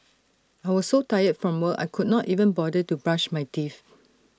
I was so tired from work I could not even bother to brush my teeth